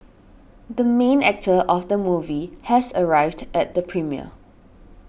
the main actor of the movie has arrived at the premiere